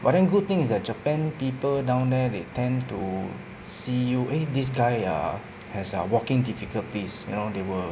but then good thing is that japan people down there they tend to see you eh this guy err has a walking difficulties you know they will